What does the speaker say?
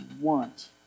want